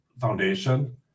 foundation